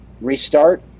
restart